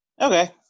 Okay